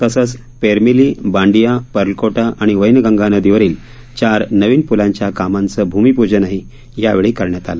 तसंच पेरमिली बांडिया पर्लकोटा आणि वैनगंगा नदीवरील चार नवीन प्लांच्या कामाचं भूमिपूजनही यावेळी करण्यात आलं